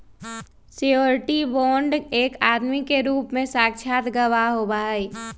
surety bond एक आदमी के रूप में साक्षात गवाह होबा हई